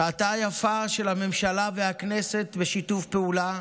שעתה היפה של הממשלה והכנסת בשיתוף פעולה,